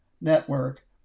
network